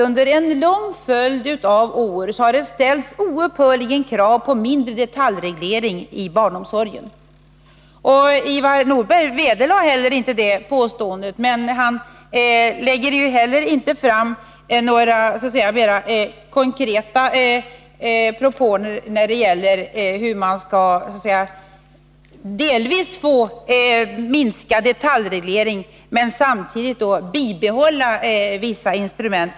Under en lång följd av år har det oupphörligen ställts krav på mindre av detaljereglering i barnomsorgen. Ivar Nordberg vederlade inte det påståendet, men han kom inte heller med några mer konkreta propåer när det gäller hur man delvis skall få till stånd en minskad detaljereglering men samtidigt kunna bibehålla vissa instrument.